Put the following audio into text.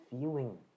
feeling